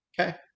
Okay